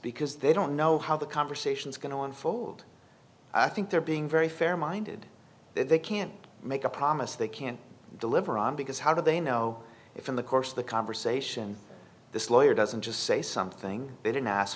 because they don't know how the conversation is going to unfold i think they're being very fair minded they can't make a promise they can't deliver on because how do they know if in the course of the conversation this lawyer doesn't just say something they didn't ask